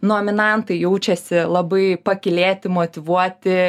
nominantai jaučiasi labai pakylėti motyvuoti